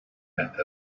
that